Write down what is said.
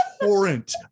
torrent